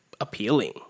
appealing